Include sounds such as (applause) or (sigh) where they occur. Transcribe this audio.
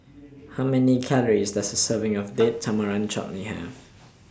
How Many Calories Does A Serving of (noise) Date Tamarind Chutney Have